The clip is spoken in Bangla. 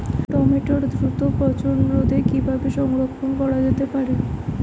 টমেটোর দ্রুত পচনরোধে কিভাবে সংরক্ষণ করা যেতে পারে?